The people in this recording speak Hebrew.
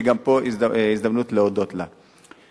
שגם פה הזדמנות להודות לה.